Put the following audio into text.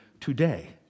today